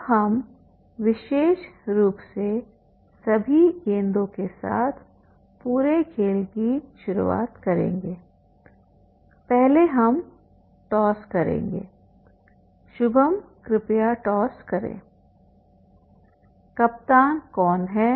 अब हम विशेष रूप से सभी गेंदों के साथ पूरे खेल की शुरुआत करेंगे पहले हम टॉस करेंगे शुभम कृपया टॉस करें कप्तान कौन है